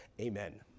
Amen